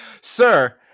Sir